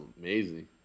amazing